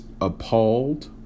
appalled